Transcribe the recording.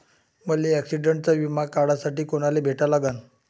मले ॲक्सिडंटचा बिमा काढासाठी कुनाले भेटा लागन?